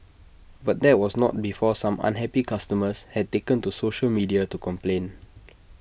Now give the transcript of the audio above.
but that was not before some unhappy customers had taken to social media to complain